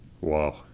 Wow